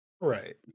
Right